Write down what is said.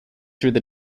through